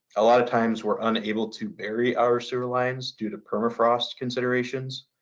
a lot of times, we're unable to bury our sewer lines due to permafrost considerations.